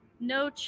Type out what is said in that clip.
No